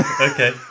okay